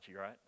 right